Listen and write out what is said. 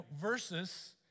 versus